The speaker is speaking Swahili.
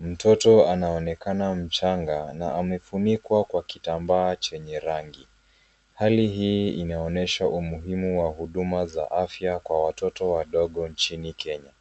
mtoto anaonekana mchanga na amefunikwa kwa kitambaa chenye rangi, hali hii inaonyesha umuhimu wa huduma za afya kwa watoto wadogo nchini Kenya.